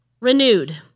renewed